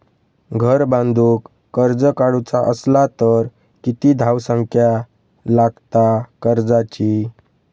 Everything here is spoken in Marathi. घर बांधूक कर्ज काढूचा असला तर किती धावसंख्या लागता कर्जाची?